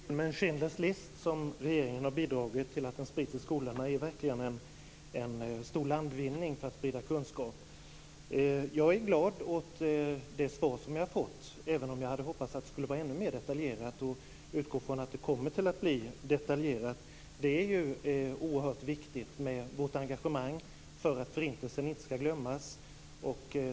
Fru talman! Filmen Schindler s list som regeringen har bidragit till att sprida i skolorna är verkligen en stor landvinning för att sprida kunskap. Jag är glad åt det svar som jag har fått, även om jag hade hoppats att det skulle vara ännu mer detaljerat. Jag utgår också från att det kommer att bli detaljerat. Vårt engagemang är oerhört viktigt för att Förintelsen inte skall glömmas.